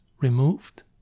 removed